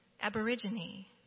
Aborigine